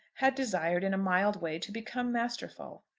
had desired in a mild way to become masterful.